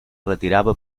retirava